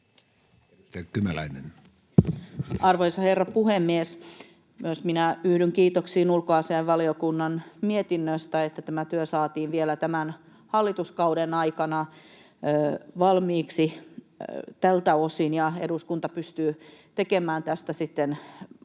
Arvoisa herra puhemies! Myös minä yhdyn kiitoksiin ulkoasiainvaliokunnan mietinnöstä, siitä, että tämä työ saatiin vielä tämän hallituskauden aikana valmiiksi tältä osin ja eduskunta pystyy tekemään tästä sitten —